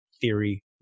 Theory